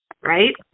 right